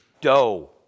dough